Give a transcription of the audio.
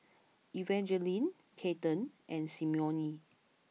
Evangeline Kaden and Simone